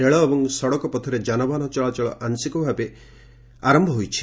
ରେଳ ଏବଂ ସଡ଼କ ପଥରେ ଯାନବାହାନ ଚଳାଚଳ ଆଂଶିକ ଭାବେ ଜାରି କରାଯାଇଛି